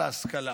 להשכלה.